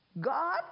God